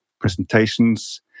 presentations